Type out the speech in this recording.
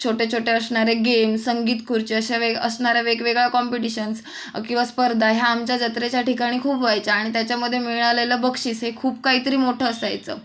छोटे छोटे असणारे गेम संगीत खुर्ची अशा वे असणाऱ्या वेगवेगळ्या कॉम्पिटीशन्स किंवा स्पर्धा हे आमच्या जत्रेच्या ठिकाणी खूप व्हायच्या आणि त्याच्यामध्ये मिळालेलं बक्षीस हे खूप काहीतरी मोठं असायचं